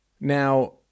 Now